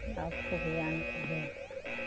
आपको भी आना है